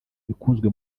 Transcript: ikunzwe